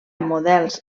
models